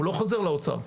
הוא לא חוזר לאוצר.